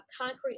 concrete